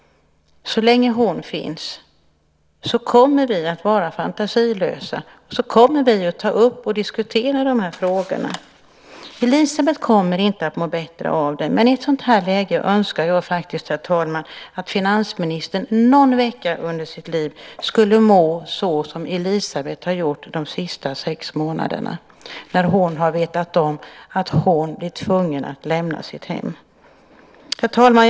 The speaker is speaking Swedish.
Så länge hon finns kommer vi att vara fantasilösa, kommer vi att ta upp och diskutera dessa frågor. Elisabet kommer inte att må bättre av det, men jag önskar faktiskt att finansministern någon vecka under sitt liv skulle må som Elisabet har gjort under de senaste sex månaderna då hon har vetat om att hon är tvungen att lämna sitt hem. Herr talman!